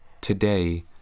today